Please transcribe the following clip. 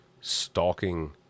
stalking